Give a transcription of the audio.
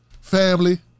Family